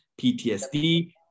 ptsd